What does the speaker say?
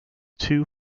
two